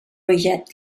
reject